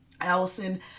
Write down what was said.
Allison